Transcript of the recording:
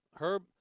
Herb